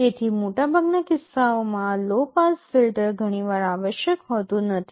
તેથી મોટાભાગના કિસ્સાઓમાં આ લો પાસ ફિલ્ટર ઘણીવાર આવશ્યક હોતું નથી